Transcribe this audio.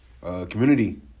community